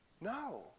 No